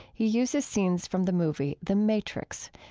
he uses scenes from the movie the matrix.